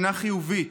אינה חיובית,